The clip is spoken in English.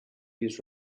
this